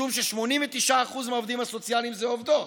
משום ש-89% מהעובדים הסוציאליים הן עובדות.